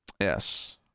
Yes